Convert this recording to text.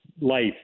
life